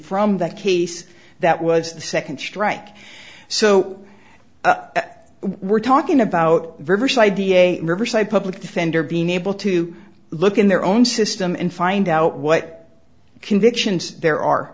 from that case that was the second strike so we're talking about reverse i d a riverside public defender being able to look in their own system and find out what convictions there are